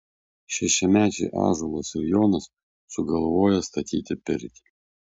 šešiamečiai ąžuolas ir jonas sugalvoja statyti pirtį